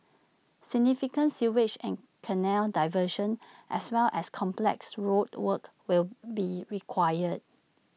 significant sewage and canal diversions as well as complex road work will be required